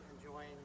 enjoying